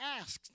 asked